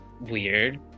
weird